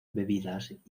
bebidas